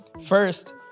First